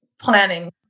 planning